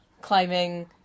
climbing